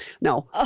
Now